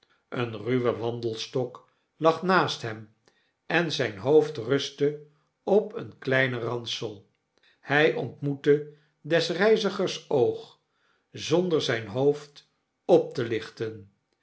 een ruwe wandelstok lag naast hem en zp hoofd rustte op een kleinen ransel hy ontmoette des reizigers oog zonder zp hoofd op te lichten